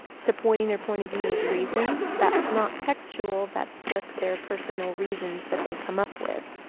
supporting their point of view with reasons. that's not textual. that's just their personal reasons that they come up with.